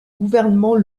gouvernement